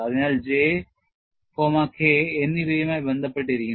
അതിനാൽ J K എന്നിവയുമായി ബന്ധപ്പെട്ടിരിക്കുന്നു